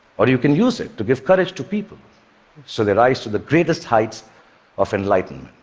or you can use it to give courage to people so they rise to the greatest heights of enlightenment.